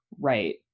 right